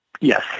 Yes